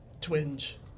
twinge